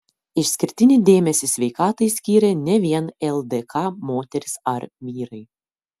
išskirtinį dėmesį sveikatai skyrė ne vien ldk moterys ar vyrai